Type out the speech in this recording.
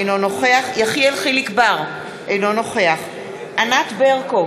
אינו נוכח יחיאל חיליק בר, אינו נוכח ענת ברקו,